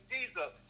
Jesus